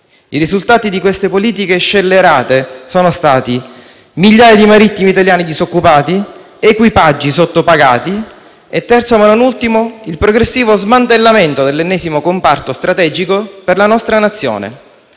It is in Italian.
I risultati di queste politiche scellerate sono stati migliaia di marittimi italiani disoccupati, equipaggi sottopagati e - terzo, ma non ultimo - il progressivo smantellamento dell'ennesimo comparto strategico per la nostra Nazione.